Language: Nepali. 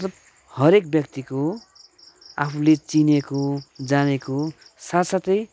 मतलब हरेक व्यक्तिको आफूले चिनेको जानेको साथ साथै